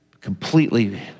completely